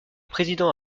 président